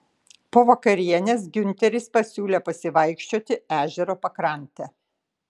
po vakarienės giunteris pasiūlė pasivaikščioti ežero pakrante